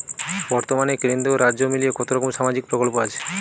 বতর্মানে কেন্দ্র ও রাজ্য মিলিয়ে কতরকম সামাজিক প্রকল্প আছে?